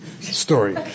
story